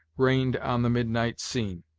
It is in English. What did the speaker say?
reigned on the midnight scene,